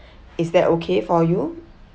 is that okay for you